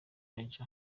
maj